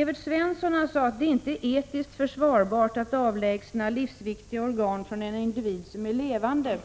Evert Svensson sade att det inte är etiskt försvarbart att avlägsna livsviktiga organ från en individ som är levande,